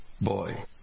boy